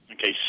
Okay